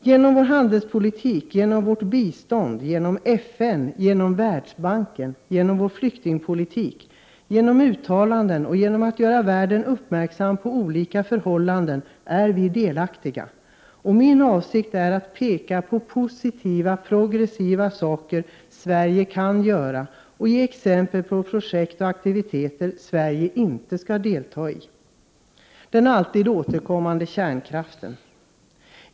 Genom vår handelspolitik, genom vårt bistånd, genom FN, genom Världsbanken, genom vår flyktingpolitik, genom uttalanden och genom att göra världen uppmärksam på olika förhållanden är vi delaktiga. Min avsikt är att peka på positiva progressiva saker som Sverige kan göra och att ge exempel på projekt och aktiviteter som Sverige inte skall delta i. Det gäller den alltid återkommande kärnkraften.